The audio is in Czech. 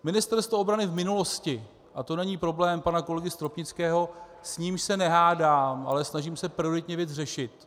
Ministerstvo obrany v minulosti a to není problém pana kolegy Stropnického, s nímž se nehádám, ale snažím se prioritně věc řešit.